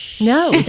no